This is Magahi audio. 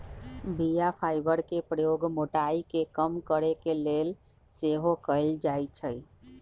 बीया फाइबर के प्रयोग मोटाइ के कम करे के लेल सेहो कएल जाइ छइ